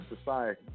society